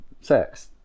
sex